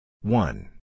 One